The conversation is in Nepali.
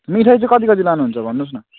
मिठाई चाहिँ कति कति लानुहुन्छ भन्नुहोस् न